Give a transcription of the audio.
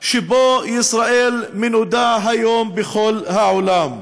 שבו ישראל מנודה היום בכל העולם?